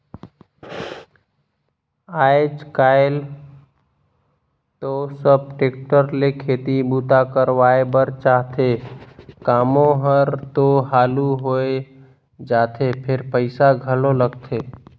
आयज कायल तो सब टेक्टर ले खेती के बूता करवाए बर चाहथे, कामो हर तो हालु होय जाथे फेर पइसा घलो लगथे